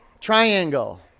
Triangle